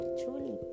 truly